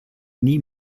nie